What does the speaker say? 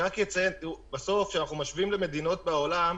כשאנחנו משווים למדינות בעולם,